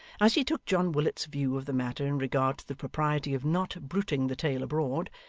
as he took john willet's view of the matter in regard to the propriety of not bruiting the tale abroad,